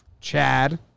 Chad